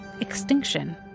extinction